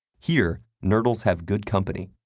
here, nurdles have good company.